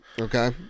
Okay